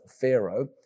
Pharaoh